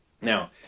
Now